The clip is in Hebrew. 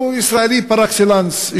הוא ישראלי פר-אקסלנס,